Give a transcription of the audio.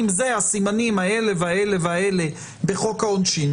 הם הסימנים האלה והאלה והאלה בחוק העונשין,